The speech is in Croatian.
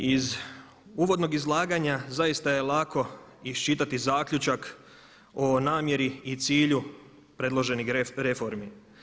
Iz uvodnog izlaganja zaista je lako iščitati zaključak o namjeri i cilju predložene reforme.